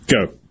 Go